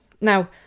Now